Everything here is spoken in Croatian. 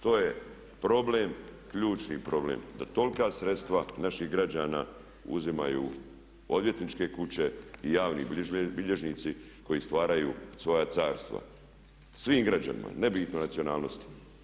To je problem, ključni problem da tolika sredstva naših građana uzimaju odvjetničke kuće i javni bilježnici koji stvaraju svoja carstva svim građanima nebitno o nacionalnosti.